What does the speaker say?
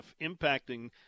impacting